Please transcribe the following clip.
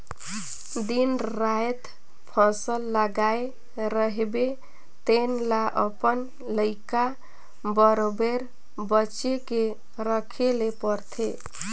दिन रात फसल लगाए रहिबे तेन ल अपन लइका बरोबेर बचे के रखे ले परथे